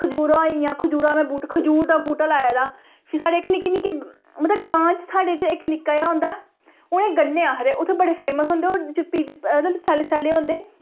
खजूरां होइयां खजूरां खजूर दा बूह्टा लाये दा फ्ही साढ़े जेह्के नि'क्के नि'क्के मतलब ग्रांऽ च साढ़े च इक नि'क्का जेहा होंदा उ'नें गी गरने आखदे उ'त्थें बड़े फेमस होंदे ओह् पीले ते सैल्ले सैल्ले होंदे